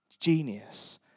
genius